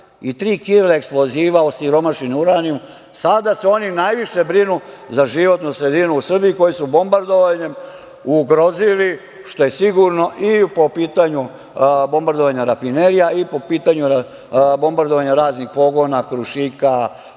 oni koji su nas bombardovali, sada se oni najviše brinu za životnu sredinu u Srbiji, koju su bombardovanjem ugrozili, što je sigurno i po pitanju bombardovanja rafinerija i po pitanju bombardovanja raznih pogona "Krušika",